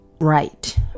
right